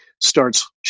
starts